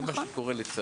אז זה מה שקורה לצערי.